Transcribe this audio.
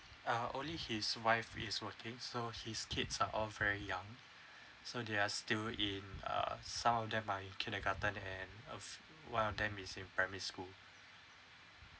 uh only his wife is working so his kids are all very young so they are still in uh some of them are in kindergarten and uh one of them is in primary school